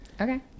Okay